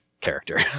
character